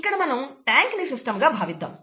ఇక్కడ మనం ట్యాంక్ ని సిస్టంగా భావిద్దాం